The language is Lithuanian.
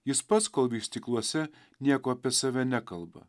jis pats kol vystykluose nieko apie save nekalba